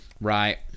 Right